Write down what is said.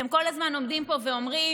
אתם כל הזמן עומדים פה ואומרים: